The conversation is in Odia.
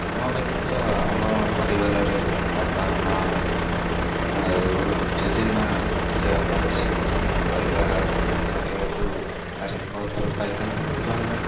ଆମ ବ୍ୟତୀତ ଆମ ପରିବାରରେ ବାପା ମାଆ ଆଉ ଜେଜେ ମାଆ ଜେଜେ ବାପା ବେଶୀ ପରିବା ଲଗାଇବାକୁ ଭାରି ବହୁତ ଭଲ ପାଇଥାନ୍ତି ଏବଂ